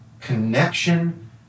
connection